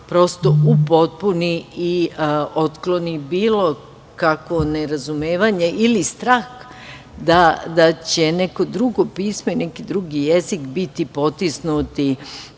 prosto upotpuni i otkloni bilo kakvo nerazumevanje ili strah da će neko drugo pismo i neki drugi jezik biti potisnuti